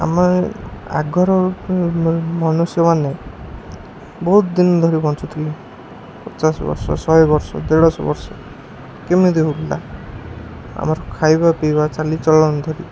ଆମେ ଆଗର ମନୁଷ୍ୟମାନେ ବହୁତ ଦିନ ଧରି ବଞ୍ଚୁଥିଲେ ପଚାଶ ବର୍ଷ ଶହେ ବର୍ଷ ଦେଢ଼ଶହ ବର୍ଷ କେମିତି ହେଲା ଆମର ଖାଇବା ପିଇବା ଚାଲିଚଳନ ଧରି